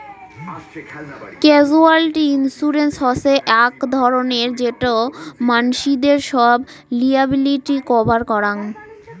casualty insurance হসে আক ধরণের যেটো মানসিদের সব লিয়াবিলিটি কভার করাং